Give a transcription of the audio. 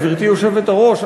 גברתי היושבת-ראש,